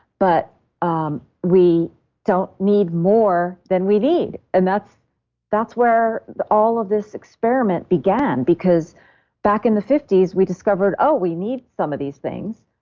but ah we don't need more than we need. and that's that's where all of this experiment began because back in the fifty s, we discovered, oh, we need some of these things.